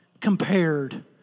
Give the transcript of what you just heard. compared